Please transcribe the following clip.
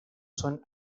son